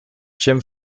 jim